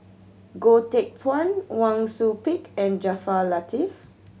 Goh Teck Phuan Wang Sui Pick and Jaafar Latiff